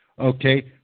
okay